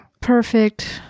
perfect